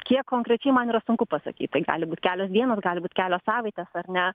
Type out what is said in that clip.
kiek konkrečiai man yra sunku pasakyt tai gali būt kelios dienos gali būt kelios savaitės ar ne